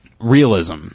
realism